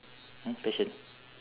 !huh! passion